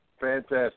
Fantastic